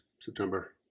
September